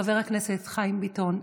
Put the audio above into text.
חבר הכנסת חיים ביטון,